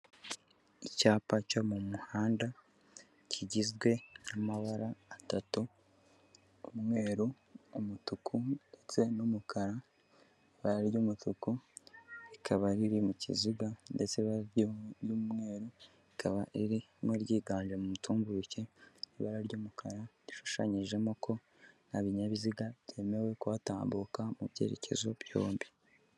Icyapa cyo mu muhanda kigizwe n'amabara atatu: umweru, umutuku ndetse n'umukara. Ibara ry'umutuku rikaba riri mu kiziga ndetse ibara ry'umweru, rikaba ririmo ryiganje mu butumburuke. Ibara ry'umukara rishushanyijemo ko, nta binyabiziga byemerewe kuhatambuka mu byerekezo byombi.